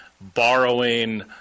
borrowing